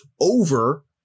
over